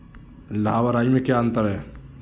लाह व राई में क्या अंतर है?